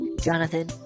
Jonathan